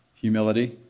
humility